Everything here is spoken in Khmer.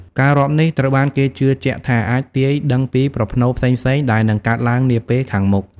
ការរាប់នេះត្រូវបានគេជឿជាក់ថាអាចទាយដឹងពីប្រផ្នូលផ្សេងៗដែលនឹងកើតឡើងនាពេលខាងមុខ។